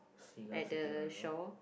seagull sitting on the rock